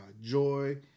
Joy